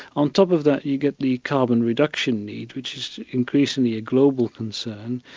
on top of that, you get the carbon reduction need, which is increasingly a global concern,